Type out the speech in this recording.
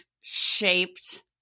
shaped